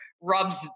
rubs